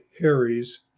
Harry's